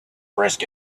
frisk